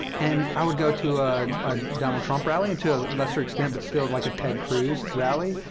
and i would go to a donald trump rally, and to a lesser extent, but still like a ted cruz rally,